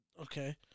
Okay